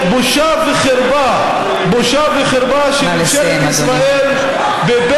בושה וחרפה, בושה וחרפה, נא לסיים, אדוני.